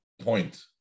point